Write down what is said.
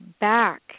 back